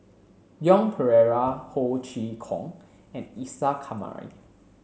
Leon Perera Ho Chee Kong and Isa Kamari